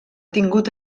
tingut